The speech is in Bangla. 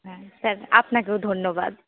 হ্যাঁ স্যার আপনাকেও ধন্যবাদ